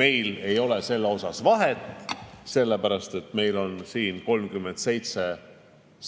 Meil ei ole selles mõttes vahet, sellepärast et meil on siin 37